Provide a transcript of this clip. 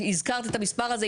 הזכרת את המספר הזה,